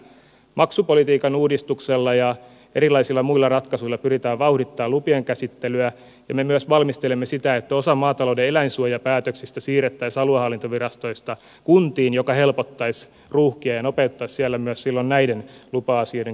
maksupolitiikan uudistuksella ja erilaisilla muilla ratkaisuilla pyritään vauhdittamaan lupien käsittelyä ja me myös valmistelemme sitä että osa maatalouden eläinsuojapäätöksistä siirrettäisiin aluehallintovirastoista kuntiin mikä helpottaisi ruuhkia ja nopeuttaisi siellä myös silloin näiden lupa asioiden käsittelyä